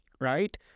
Right